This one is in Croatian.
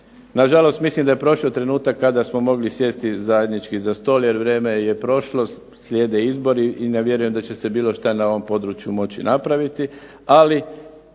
nažalost mislim da je prošao trenutak kada smo mogli sjesti zajednički za stol, jer vrijeme je prošlost, slijede izbori i ne vjerujem da će se bilo što na ovom području moći napraviti.